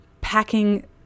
packing